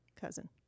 cousin